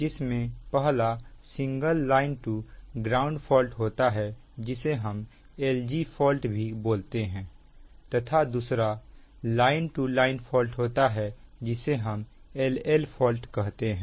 जिसमें पहला single line to ground fault होता है जिसे हम L G फॉल्ट भी बोलते हैं तथा दूसरा लाइन टू लाइन फॉल्ट होता है जिसे हम L L फॉल्ट कहते हैं